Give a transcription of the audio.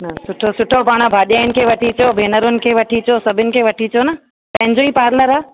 न सुठो सुठो पाण भाजियुनि खे वठी अचो भेनरुनि खे वठी अचो सभिनि खे वठी अचो न पंहिंजो ई पार्लर आहे